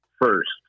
first